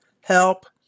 Help